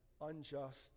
unjust